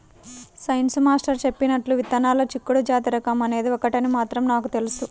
science master చెప్పినట్లుగా విత్తనాల్లో చిక్కుడు జాతి రకం అనేది ఒకటని మాత్రం నాకు తెలుసు